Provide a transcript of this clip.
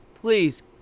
please